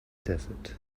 desert